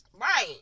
Right